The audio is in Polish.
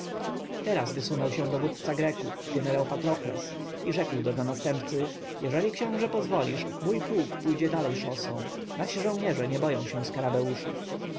teraz wysunął się dowódca greków jenerał patrokles i rzekł do następcy jeżeli książę pozwolisz mój pułk pójdzie dalej szosą nasi żołnierze nie boją się skarabeuszów wasi